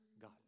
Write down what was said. God